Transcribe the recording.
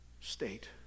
state